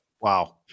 Wow